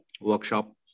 workshop